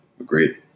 Agreed